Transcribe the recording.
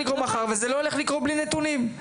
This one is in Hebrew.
וזה לא הולך לקרות ללא נתונים.